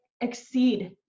exceed